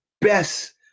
best